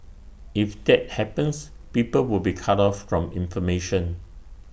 if that happens people will be cut off from information